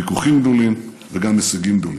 ויכוחים גדולים וגם הישגים גדולים.